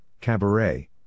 Cabaret